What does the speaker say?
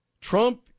Trump